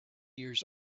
years